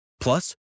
Plus